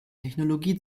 technologie